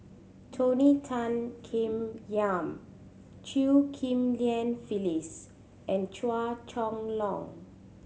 Tony Tan Keng Yam Chew Ghim Lian Phyllis and Chua Chong Long